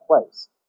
place